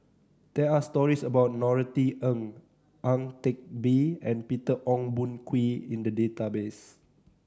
there are stories about Norothy Ng Ang Teck Bee and Peter Ong Boon Kwee in the database